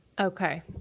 Okay